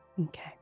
Okay